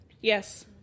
Yes